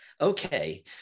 okay